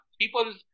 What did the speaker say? people